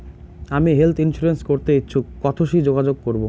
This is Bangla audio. আমি হেলথ ইন্সুরেন্স করতে ইচ্ছুক কথসি যোগাযোগ করবো?